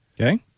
Okay